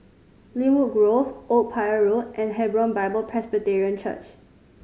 Lynwood Grove Old Pier Road and Hebron Bible Presbyterian Church